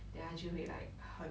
then 他就会 like 很